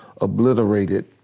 obliterated